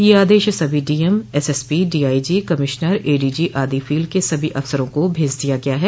यह आदेश सभी DM SSP DIG commissioner ADG आदि फील्ड के सभी अफसरों को भेज दिया गया है